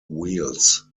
wheels